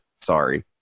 Sorry